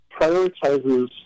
prioritizes